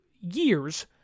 years